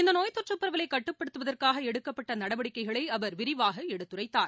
இந்தநோய் தொற்றுப் பரவலைகட்டுப்படுத்துவதற்காகஎடுக்கப்பட்டநடவடிக்கைகளைஅவர் விரிவாகஎடுத்துரைத்தார்